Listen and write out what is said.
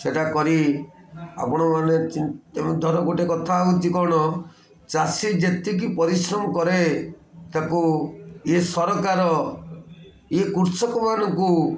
ସେଇଟା କରି ଆପଣମାନେ ଧର ଗୋଟେ କଥା ହଉଛି କ'ଣ ଚାଷୀ ଯେତିକି ପରିଶ୍ରମ କରେ ତାକୁ ଇଏ ସରକାର ଇଏ କୃଷକମାନଙ୍କୁ